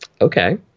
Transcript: okay